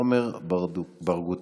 עומר ברגותי.